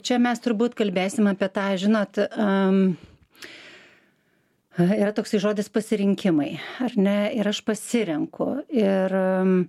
čia mes turbūt kalbėsim apie tai žinot yra toksai žodis pasirinkimai ar ne ir aš pasirenku ir